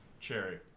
Cherry